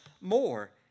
more